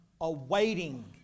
awaiting